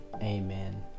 Amen